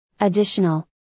additional